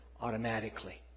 automatically